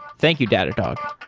thank you, datadog